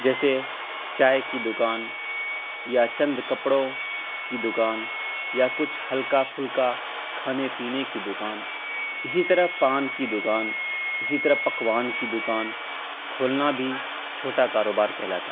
جیسے چائے کی دکان یا چند کپڑوں کی دکان یا کچھ ہلکا پھلکا کھانے پینے کی دکان اسی طرح پان کی دکان اسی طرح پکوان کی دکان کھولنا بھی چھوٹا کاروبار کہلاتا ہے